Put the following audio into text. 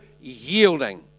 yielding